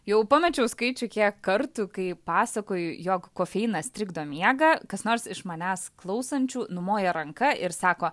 jau pamečiau skaičių kiek kartų kai pasakoju jog kofeinas trikdo miegą kas nors iš manęs klausančių numoja ranka ir sako